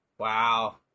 Wow